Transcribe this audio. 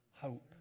hope